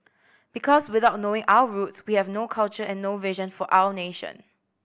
because without knowing our roots we have no culture and no vision for our nation